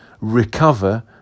recover